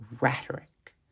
rhetoric